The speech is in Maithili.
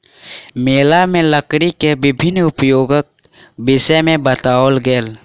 मेला में लकड़ी के विभिन्न उपयोगक विषय में बताओल गेल